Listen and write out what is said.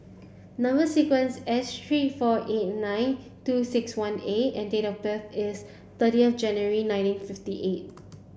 number sequence S three four eight nine two six one A and date of birth is thirty of January nineteen fifty eight